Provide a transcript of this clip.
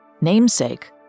namesake